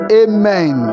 amen